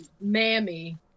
Mammy